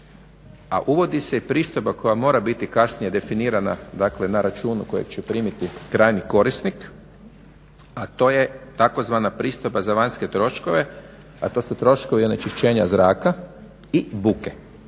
a uvodi se i pristojba koja mora biti kasnije definirana na računu koje će primiti krajnji korisnik, a to je tzv. pristojba za vanjske troškove, a to su troškovi onečišćenja zraka i buke.